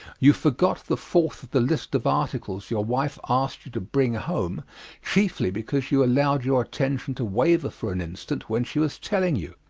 you forgot the fourth of the list of articles your wife asked you to bring home chiefly because you allowed your attention to waver for an instant when she was telling you.